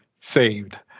saved